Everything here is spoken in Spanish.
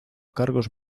cargos